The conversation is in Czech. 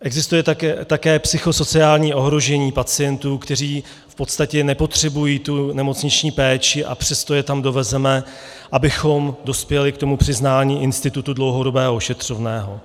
Existuje také psychosociální ohrožení pacientů, kteří v podstatě nepotřebují nemocniční péči, a přesto je tam dovezeme, abychom dospěli k tomu přiznání institutu dlouhodobého ošetřovného.